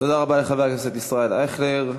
תודה רבה לחבר הכנסת ישראל אייכלר.